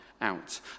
out